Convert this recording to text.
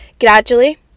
gradually